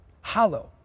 hollow